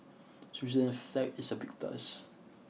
Switzerland's flag is a big plus